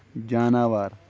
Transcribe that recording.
جاناوار